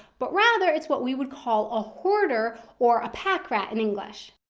but rather it's what we would call a hoarder or a pack rat in english.